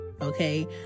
Okay